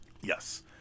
Yes